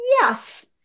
Yes